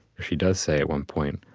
she does say, at one point,